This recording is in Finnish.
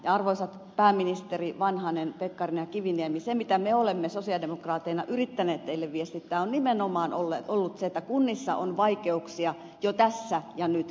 arvoisa pääministeri vanhanen arvoisat ministerit pekkarinen ja kiviniemi se mitä me olemme sosialidemokraatteina yrittäneet teille viestittää on nimenomaan ollut se että kunnissa on vaikeuksia jo tässä ja nyt